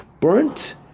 burnt